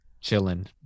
chilling